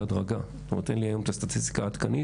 בהדרגה אין לי היום את הסטטיסטיקה העדכנית